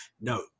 No